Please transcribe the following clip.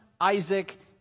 Isaac